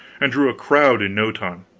and drew a crowd in no time.